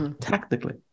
tactically